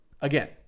Again